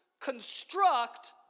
construct